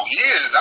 years